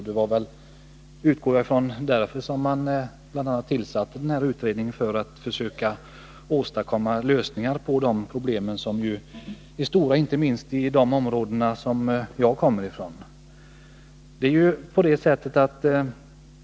Det var väl också, utgår jag ifrån, för att försöka åstadkomma lösningar på dessa problem, som är stora inte minst i de områden som jag kommer ifrån, som man tillsatte fritidsboendekommittén.